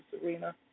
Serena